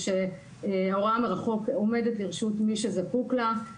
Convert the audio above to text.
שההוראה מרחוק עומדת לרשות מי שזקוק לה,